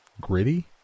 gritty